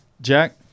Jack